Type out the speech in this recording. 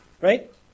right